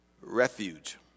refuge